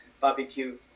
barbecue